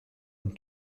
une